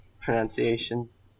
pronunciations